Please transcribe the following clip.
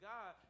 God